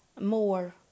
more